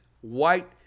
white